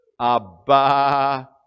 Abba